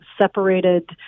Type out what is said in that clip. separated